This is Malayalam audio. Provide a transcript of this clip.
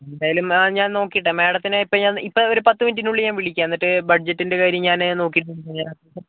എന്തായാലും ആ ഞാൻ നോക്കിയിട്ടേ മാഡത്തിനെ ഇപ്പോൾ ഞാൻ ഇപ്പോൾ ഒരു പത്തു മിനിട്ടിനുള്ളിൽ ഞാൻ വിളിക്കാം എന്നിട്ട് ബഡ്ജറ്റിൻ്റെ കാര്യം ഞാൻ നോക്കിയിട്ട്